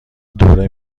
دوره